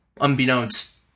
Unbeknownst